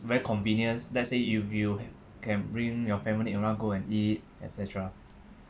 very convenient let's say you you can bring your family around go and eat et cetera